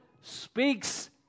speaks